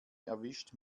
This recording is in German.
erwischt